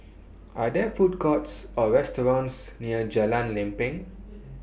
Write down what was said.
Are There Food Courts Or restaurants near Jalan Lempeng